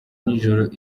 nijoro